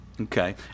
Okay